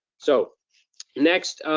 so next,